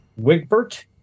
Wigbert